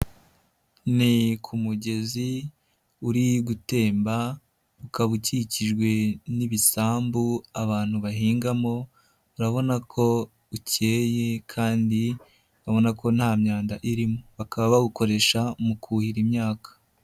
Ni ku mugezi uri gutemba ukaba ukikijwe n'ibisambu abantu bahingamo, urabona ko ukeye kandi urabona ko nta myanda irimo. Bakaba bawukoresha mu kuhira imyaka